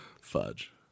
Fudge